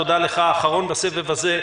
אחרון בסבב הזה,